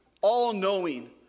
all-knowing